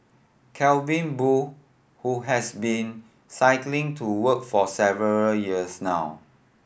Calvin Boo who has been cycling to work for several years now